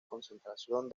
concentración